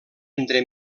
entre